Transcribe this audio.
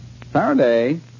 Faraday